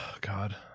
god